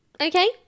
Okay